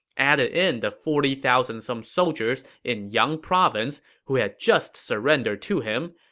added in the forty thousand some soldiers in yang province who had just surrendered to him,